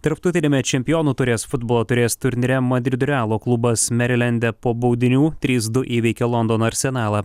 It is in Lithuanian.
tarptautiniame čempionų taurės futbolo taurės turnyre madrido realo klubas merilende po baudinių trys du įveikė londono arsenalą